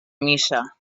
missa